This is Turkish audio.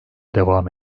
devam